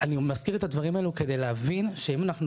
אני מזכיר את כל הדברים האלה על מנת שנבין שאם אנחנו